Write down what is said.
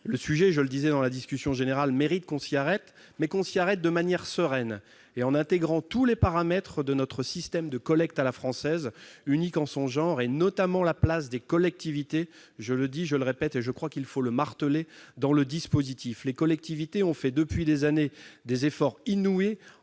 le soulignais lors de la discussion générale, le sujet mérite qu'on s'y arrête de manière sereine, en intégrant tous les paramètres de notre système de collecte à la française, unique en son genre, et notamment la place des collectivités- je le dis, je le répète et je crois qu'il faut le marteler dans le dispositif. Les collectivités ont fait, depuis des années, des efforts inouïs